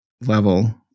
level